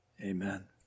Amen